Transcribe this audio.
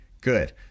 good